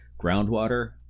Groundwater